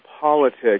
politics